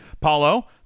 Paulo